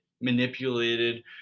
manipulated